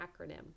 acronym